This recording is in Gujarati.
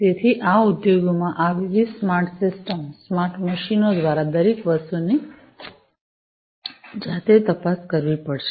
તેથી આ ઉદ્યોગોમાં આ વિવિધ સ્માર્ટ સિસ્ટમ સ્માર્ટ મશીનો દ્વારા દરેક વસ્તુની જાતે તપાસ કરવી પડશે